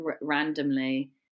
randomly